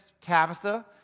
Tabitha